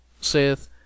saith